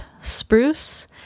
spruce